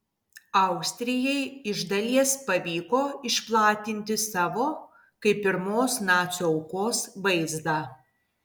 austrijai iš dalies pavyko išplatinti savo kaip pirmos nacių aukos vaizdą